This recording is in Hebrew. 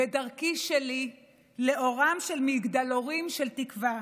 בדרכי שלי לאורם של מגדלורים של תקווה,